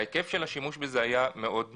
ההיקף של השימוש בזה היה מאוד נמוך.